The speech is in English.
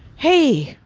hey,